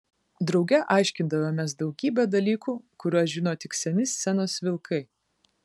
drauge aiškindavomės daugybę dalykų kuriuos žino tik seni scenos vilkai